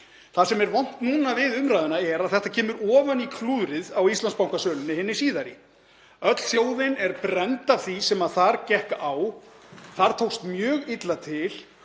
Það sem er vont núna við umræðuna er að þetta kemur ofan í klúðrið á Íslandsbankasölunni hinni síðari. Öll þjóðin er brennd af því sem þar gekk á. Þar tókst mjög illa til